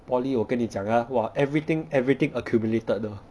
polytechnic 我跟你讲 ah !wah! everything everything accumulated 的